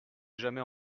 jamais